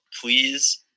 please